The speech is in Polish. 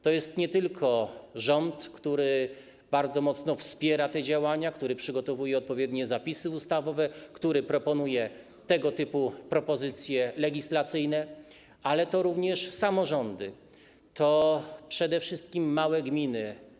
To jest nie tylko rząd, który bardzo mocno wspiera te działania, który przygotowuje odpowiednie zapisy ustawowe, który proponuje tego typu propozycje legislacyjne, ale to również samorządy, to przede wszystkim małe gminy.